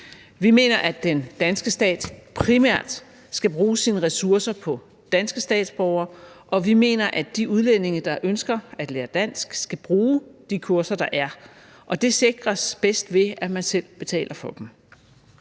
Vi mener, at den danske stat primært skal bruge sine ressourcer på danske statsborgere, og vi mener, at de udlændinge, der ønsker at lære dansk, skal bruge de kurser, der er. Det sikres bedst, ved at man selv betaler for dem.